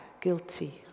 guilty